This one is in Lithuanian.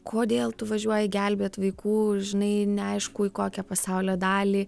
kodėl tu važiuoji gelbėt vaikų žinai neaišku į kokią pasaulio dalį